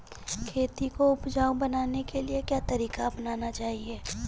खेती को उपजाऊ बनाने के लिए क्या तरीका अपनाना चाहिए?